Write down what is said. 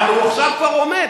אבל עכשיו הוא כבר עומד,